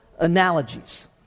analogies